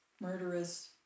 murderous